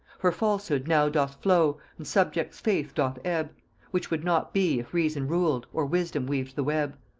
for falsehood now doth flow, and subjects' faith doth ebb which would not be if reason ruled, or wisdom weaved the web.